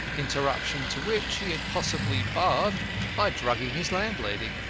interruption to which he had possibly barred by drugging his landlady.